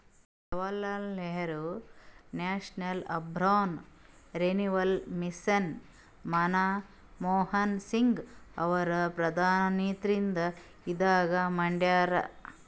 Jawaharlal Nehru national urban renewal mission Manmohan Singh ಅವರು ಪ್ರಧಾನ್ಮಂತ್ರಿ ಇದ್ದಾಗ ಮಾಡ್ಯಾರ್